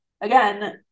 again